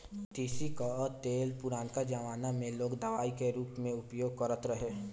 तीसी कअ तेल पुरनका जमाना में लोग दवाई के रूप में उपयोग करत रहे